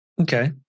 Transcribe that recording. Okay